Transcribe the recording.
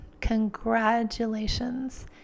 congratulations